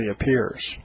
appears